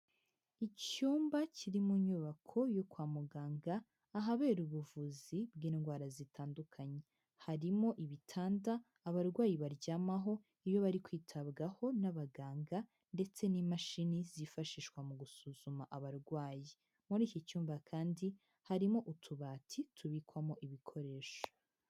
Icyumba kiri mu nyubako yo kwa muganga ahabera ubuvuzi bw'indwara zitandukanye, harimo ibitanda abarwayi baryamaho iyo bari kwitabwaho n'abaganga ndetse n'imashini zifashishwa mu gusuzuma abarwayi, muri iki cyumba kandi harimo utubati tubikwamo ibikoresho.